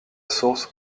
source